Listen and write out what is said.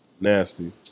Nasty